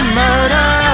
murder